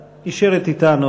את נשארת אתנו.